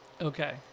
Okay